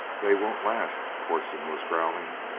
they won't last, corson was growling,